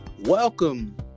welcome